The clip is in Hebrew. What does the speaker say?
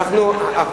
לא, אני שואל.